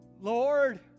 Lord